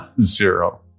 Zero